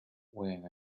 wearing